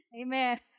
Amen